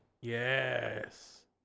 Yes